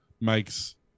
makes